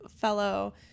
fellow